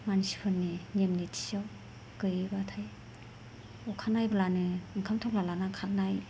मानसिफोरनि नेम निथिआव गोयैबाथाय अखा नायब्लानो ओंखाम थफ्ला लानानै खरनाय